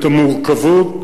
את המורכבות,